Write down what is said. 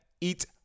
eat